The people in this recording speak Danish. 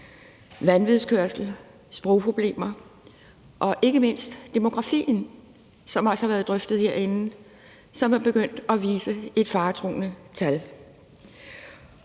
vanvidskørsel, sprogproblemer og ikke mindst demografien, som også har været drøftet herinde, og som er begyndt at vise et faretruende tal,